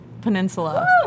Peninsula